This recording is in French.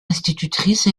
institutrice